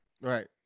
Right